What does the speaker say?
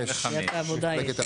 סעיף 25. מפלגת העבודה.